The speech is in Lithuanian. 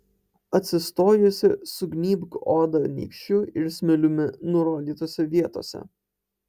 atsistojusi sugnybk odą nykščiu ir smiliumi nurodytose vietose